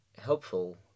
helpful